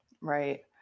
Right